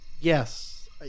Yes